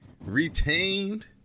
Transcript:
retained